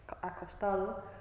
acostado